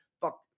Fuck